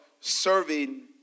serving